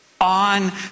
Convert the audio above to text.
on